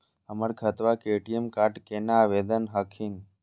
हमर खतवा के ए.टी.एम कार्ड केना आवेदन हखिन?